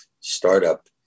startup